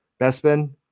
bespin